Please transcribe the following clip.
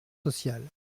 sociales